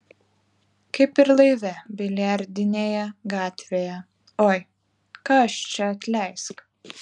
kaip ir laive biliardinėje gatvėje oi ką aš čia atleisk